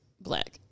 black